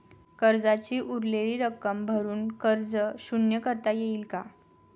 कर्जाची उरलेली रक्कम भरून कर्ज शून्य करता येईल का?